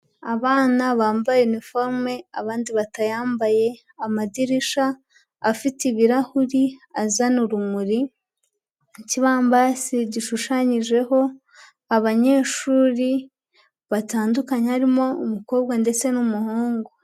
Abana bambaye iniforume abandi batayambaye, amadirisha afite ibirahuri azana urumuri, ikibambasi gishushanyijeho abanyeshuri batandukanye harimo umukobwa ndetse n'umuhungu.